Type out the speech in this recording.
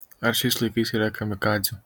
ar šiais laikais yra kamikadzių